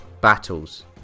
battles